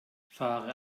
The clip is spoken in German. fahre